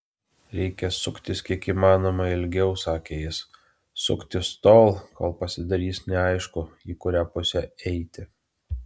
reikia suktis kiek įmanoma ilgiau sakė jis suktis tol kol pasidarys neaišku į kurią pusę eiti